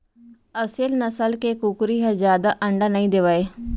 असेल नसल के कुकरी ह जादा अंडा नइ देवय